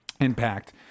impact